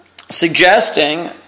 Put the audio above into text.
suggesting